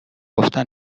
گفتن